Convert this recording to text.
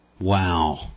Wow